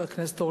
תודה רבה,